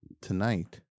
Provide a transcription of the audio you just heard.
tonight